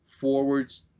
forwards